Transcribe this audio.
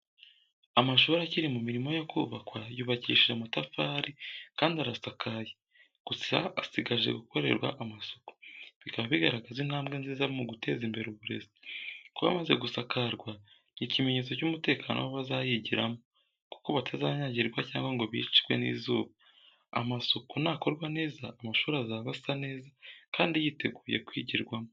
Amashuri akiri mu mirimo yo kubakwa yubakishije amatafari kandi arasakaye, gusa asigaje gukorerwa amasuku. Bikaba bigaragaza intambwe nziza mu guteza imbere uburezi. Kuba amaze gusakarwa ni ikimenyetso cy’umutekano w’abazayigiramo, kuko batazanyagirwa cyangwa ngo bicwe n'izuba. Amasuku nakorwa neza, amashuri azaba asa neza kandi yiteguye kwigirwamo.